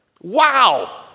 Wow